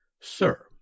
sir